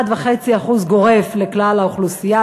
1.5% גורף לכלל האוכלוסייה,